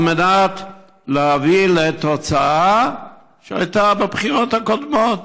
על מנת להביא לתוצאה שהייתה בבחירות הקודמות.